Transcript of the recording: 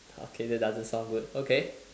okay that doesn't sound good okay